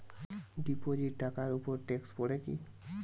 Deposit টাকার উপর tax পড়ে কি?